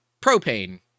propane